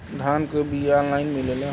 धान के बिया ऑनलाइन मिलेला?